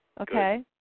Okay